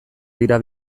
dira